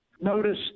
notice